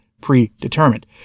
predetermined